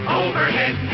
overhead